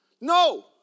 No